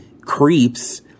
creeps